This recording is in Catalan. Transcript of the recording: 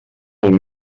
els